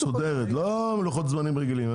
לא עם לוחות זמנים רגילים.